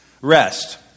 rest